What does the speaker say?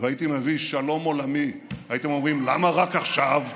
והיית מביא שלום עולמי הייתם אומרים: למה רק עכשיו?